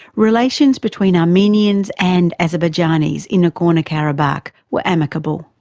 relations between armenians and azerbaijanis in nagorno-karabakh was amicable.